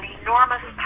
enormous